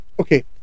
Okay